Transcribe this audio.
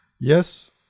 yes